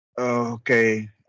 Okay